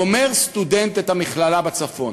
גומר סטודנט את המכללה בצפון,